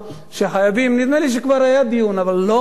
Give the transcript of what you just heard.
שחייבים, נדמה לי שכבר היה דיון, אבל לא מספיק,